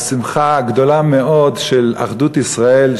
שמחה גדולה מאוד של אחדות ישראל,